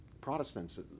Protestants